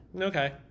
okay